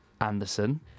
Anderson